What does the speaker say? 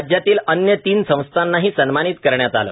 राज्यातील अन्य तीन संस्थांनाही सन्मानित करण्यात आले